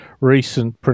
recent